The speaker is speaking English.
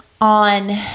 on